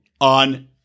on